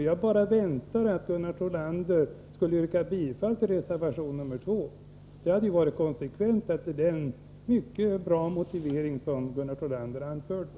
Jag bara väntade att Gunnar Thollander skulle yrka bifall till reservation2. Det hade varit konsekvent med tanke på den mycket goda motivering som Gunnar Thollander anförde.